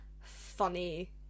funny